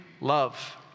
love